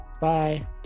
Bye